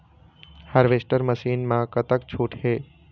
Harvester machine मा कतका छूट हे?